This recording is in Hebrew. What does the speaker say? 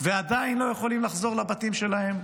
ועדיין לא יכולים לחזור לבתים שלהם,